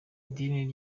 idini